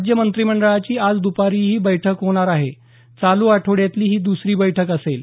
राज्य मंत्रिमंडळाची आज द्पारी ही बैठक होणार आहे चालू आठवड्यातली ही दुसरी बैठक असेल